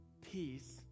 Peace